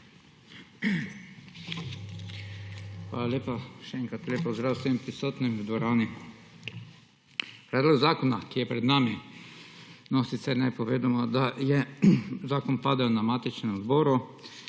Hvala lepa. Še enkrat lep pozdrav sem prisotnim v dvorani! Predlog zakona, ki je pred nami, no sicer naj povem, da je zakon padel na matičnem odboru,